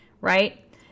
right